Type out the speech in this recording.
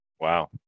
Wow